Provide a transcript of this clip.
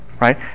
right